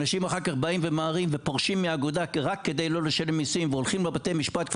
אנשים אחר כך פורשים מהאגודה רק כדי לא לשלם מיסים והולכים לבתי משפט.